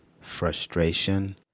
frustration